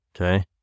okay